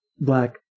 black